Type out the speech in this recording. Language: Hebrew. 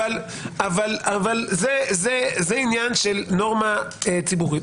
אבל זה עניין של נורמה ציבורית.